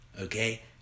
okay